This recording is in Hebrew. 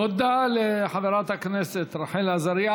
תודה לחברת הכנסת רחל עזריה.